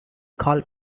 call